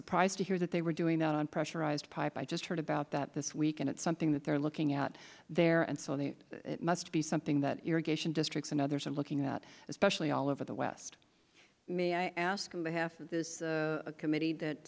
surprised to hear that they were doing that on pressurized pipe i just heard about that this week and it's something that they're looking at there and so there must be something that irrigation districts and others are looking at especially all over the west may i ask him behalf of this committee that